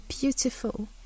beautiful